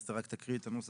אז רק תקריאי את הנוסח.